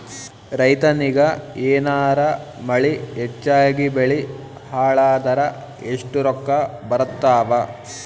ರೈತನಿಗ ಏನಾರ ಮಳಿ ಹೆಚ್ಚಾಗಿಬೆಳಿ ಹಾಳಾದರ ಎಷ್ಟುರೊಕ್ಕಾ ಬರತ್ತಾವ?